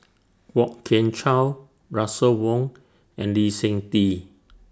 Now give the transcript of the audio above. Kwok Kian Chow Russel Wong and Lee Seng Tee